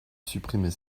supprimer